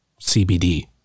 CBD